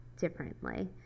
differently